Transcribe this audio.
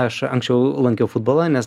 aš anksčiau lankiau futbolą nes